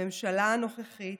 הממשלה הנוכחית,